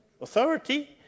Authority